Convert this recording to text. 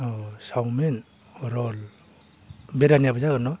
औ चाउमीन रल बिरियानिआबो जागोन ना